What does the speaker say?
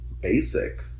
basic